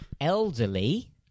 Elderly